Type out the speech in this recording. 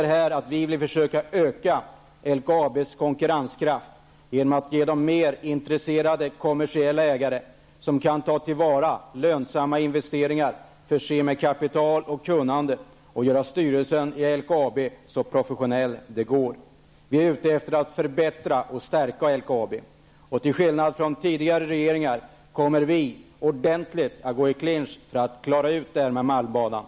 Vi vill försöka öka LKABs konkurrenskraft med hjälp av mer intresserade och kommersiella ägare som kan ta till vara lönsamma investeringar, förse företaget med kapital och kunnande och få styrelsen i LKAB så professionell som möjligt. Vi är ute efter att förbättra och stärka LKAB. Till skillnad från tidigare regeringar kommer vi ordentligt att gå i clinch för att klara ut frågan om Malmbanan.